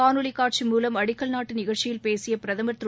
காணொலி காட்சி மூலம் அடிக்கல் நாட்டு நிகழ்ச்சியில் பேசிய பிரதமா் திரு